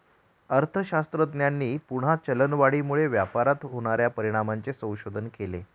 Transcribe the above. अर्थशास्त्रज्ञांनी पुन्हा चलनवाढीमुळे व्यापारावर होणार्या परिणामांचे संशोधन केले